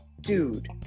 Dude